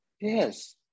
Yes